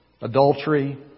adultery